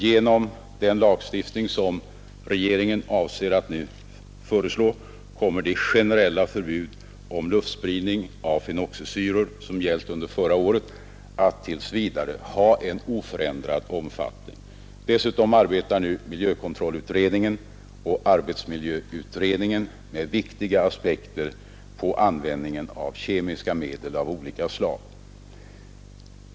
Genom den lagstiftning som regeringen avser att nu föreslå kommer det generella förbud mot luftspridning av fenoxisyror som gällt under förra året att tills vidare ha oförändrad omfattning. Dessutom arbetar nu miljökontrollutredningen och arbetsmiljöutredningen med viktiga aspekter på användningen av kemiska medel av olika slag.